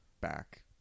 back